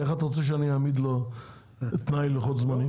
איך אתה רוצה שאני אעמיד לו תנאי ללוחות זמנים?